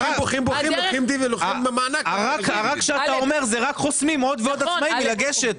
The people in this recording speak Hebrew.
רק חוסמים עוד ועוד עצמאים מלגשת.